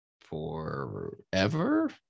forever